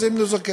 אז הם לא זכאים.